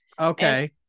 Okay